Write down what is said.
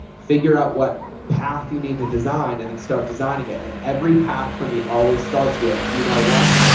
figure out what path you need to design and then start designing it. and every path for me always starts with email one.